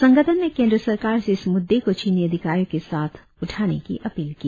संगठन ने केंद्र सरकार से इस मुद्दे को चीनी अधिकारियों के साथ उठाने की अपील की